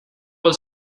por